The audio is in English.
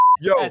Yo